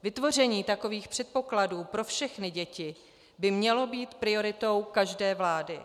Vytvoření takových předpokladů pro všechny děti by mělo být prioritou každé vlády.